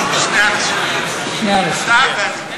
שני אנשים, אתה ואני.